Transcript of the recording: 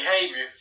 behavior